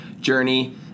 journey